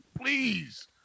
Please